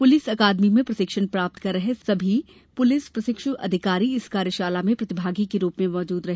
police अकादमी में प्रशिक्षण प्राप्त कर रहे सभी पुलिस प्रशिक्ष् अधिकारी इस कार्यशाला में प्रतिभागी के रूप में मौजूद रहे